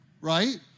right